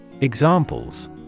Examples